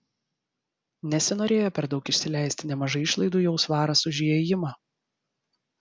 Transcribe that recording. nesinorėjo per daug išsileisti nemažai išlaidų jau svaras už įėjimą